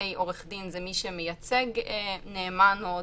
לגבי עורך דין, זה מי שמייצג נאמן או דומיו,